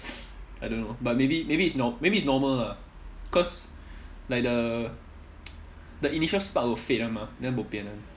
I don't know but maybe maybe it's nor~ maybe it's normal lah cause like the the initial spark will fade [one] mah then bo pian [one]